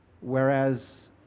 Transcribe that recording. Whereas